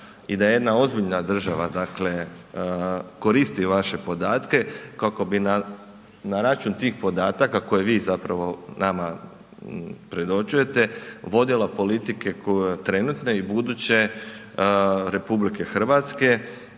i da je jedna ozbiljna država, dakle koristi vaše podatke kako bi na račun tih podataka koje vi zapravo nama predočujete vodila politike trenutne i buduće RH jer to